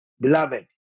Beloved